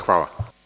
Hvala.